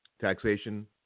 taxation